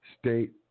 state